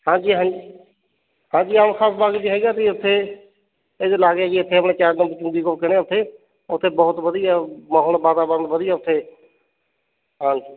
ਹਾਂਜੀ ਹਾਂ ਹਾਂਜੀ ਆਮ ਖਾਸ ਬਾਗ਼ ਵੀ ਹੈਗਾ ਜੀ ਉੱਥੇ ਇਹਦੇ ਲਾਗ ਹੈ ਜੀ ਇੱਥੇ ਆਪਣੇ ਚਾਰ ਪੰਜ ਨਾ ਹੋ ਕੇ ਉੱਥੇ ਉੱਥੇ ਬਹੁਤ ਵਧੀਆ ਮਾਹੌਲ ਵਾਤਾਵਰਣ ਵਧੀਆ ਉੱਥੇ ਹਾਂਜੀ